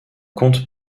comte